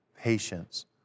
patience